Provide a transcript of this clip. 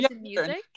music